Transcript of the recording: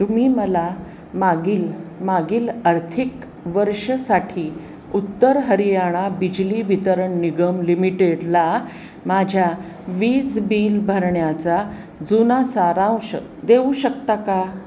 तुम्ही मला मागील मागील आर्थिक वर्षासाठी उत्तर हरियाणा बिजली वितरण निगम लिमिटेडला माझ्या वीज बिल भरण्याचा जुना सारांश देऊ शकता का